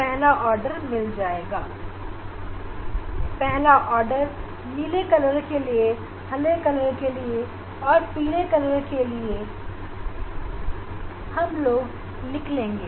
उसी दिशा में चलते हुए हम पहला आर्डर नीले रंग के लिए हरे रंग के लिए और पीले रंग की रीडिंग को लेंगे